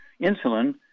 insulin